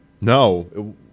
no